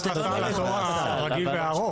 נכנס לסל, בתור ארוך.